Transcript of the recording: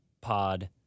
pod